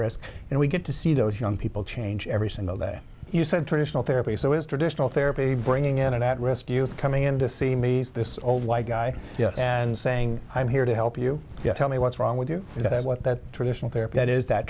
risk and we get to see those young people change every single day you said traditional therapy so it's traditional therapy bringing in an at risk youth coming in to see me this old white guy and saying i'm here to help you tell me what's wrong with you what that traditional therapy that is that